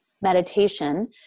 meditation